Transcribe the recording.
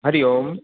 Hari Om